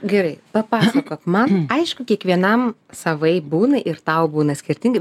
gerai papasakok man aišku kiekvienam savaip būna ir tau būna skirtingai